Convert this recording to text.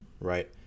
right